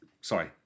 Sorry